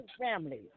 family